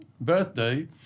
birthday